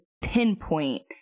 pinpoint